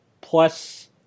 plus